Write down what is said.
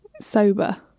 Sober